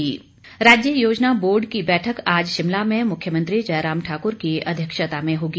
मुख्यमंत्री राज्य योजना बोर्ड की बैठक आज शिमला में मुख्यमंत्री जयराम ठाकुर की अध्यक्षता में होगी